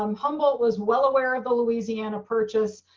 um humble, it was well aware of the louisiana purchase.